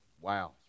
Wow